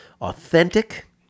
authentic